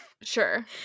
Sure